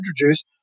introduce